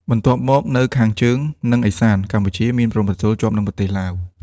បន្ទាប់មកនៅខាងជើង និងឦសាន្ត កម្ពុជាមានព្រំប្រទល់ជាប់នឹងប្រទេសឡាវ។